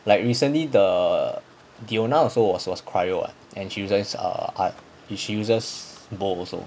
like recently the diona also was a cryo [what] and she uses arc she uses bow also